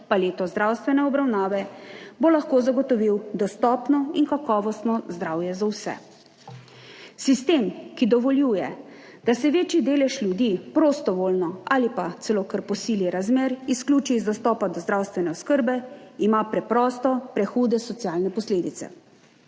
paleto zdravstvene obravnave, bo lahko zagotovil dostopno in kakovostno zdravje za vse. Sistem, ki dovoljuje, da se večji delež ljudi prostovoljno ali pa celo kar po sili razmer izključi iz dostopa do zdravstvene oskrbe, ima preprosto prehude socialne posledice.